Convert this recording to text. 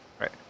Right